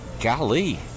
golly